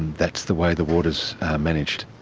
that's the way the water is managed.